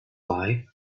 lie